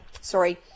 sorry